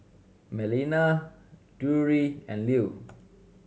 Melina Drury and Lew